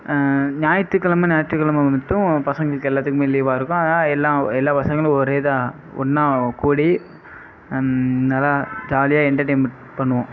ஞாயித்துக்கிழமை ஞாயித்துக்கிழமை மட்டும் பசங்களுக்கு எல்லாத்துக்குமே லீவாக இருக்கும் அதாக எல்லா எல்லா பசங்களும் ஒரே இதாக ஒன்னாக கூடி நல்லா ஜாலியாக என்டர்டெயின்மென்ட் பண்ணுவோம்